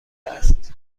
است